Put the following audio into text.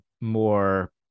more